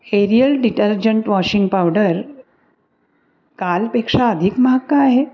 aerial detergent washing powder कालपेक्षा अधिक महाग का आहे